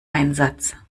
einsatz